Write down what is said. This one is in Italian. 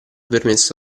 permesso